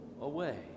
away